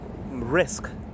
risk